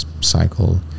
cycle